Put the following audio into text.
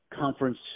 conference